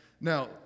Now